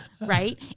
right